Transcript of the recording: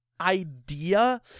idea